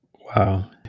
Wow